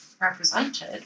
represented